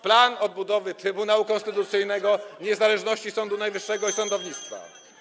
Plan odbudowy Trybunału Konstytucyjnego, [[Poruszenie na sali]] niezależności Sądu Najwyższego i sądownictwa.